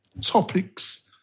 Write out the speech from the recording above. topics